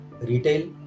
retail